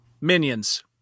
Minions